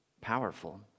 powerful